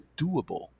doable